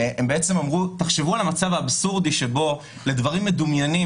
הם בעצם אמרו: תחשבו על המצב האבסורדי שבו לדברים מדומיינים